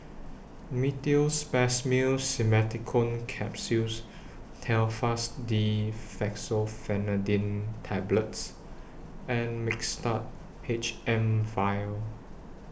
Meteospasmyl Simeticone Capsules Telfast D Fexofenadine Tablets and Mixtard H M Vial